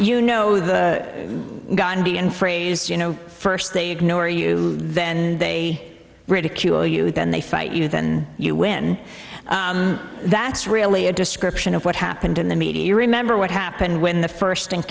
phrase you know first they ignore you then they ridicule you then they fight you then you win that's really a description of what happened in the media you remember what happened when the first